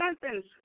sentence